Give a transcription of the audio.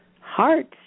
hearts